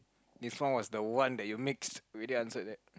this one was the one that you mixed we did answer that